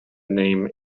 name